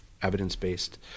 evidence-based